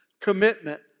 commitment